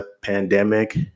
pandemic